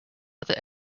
other